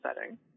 setting